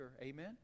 amen